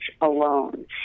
alone